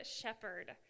shepherd